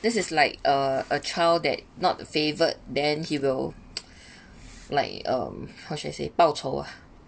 this is like a a child that not favored then he will like um how should I say 报仇 ah